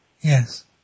Yes